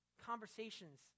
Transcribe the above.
conversations